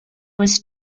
was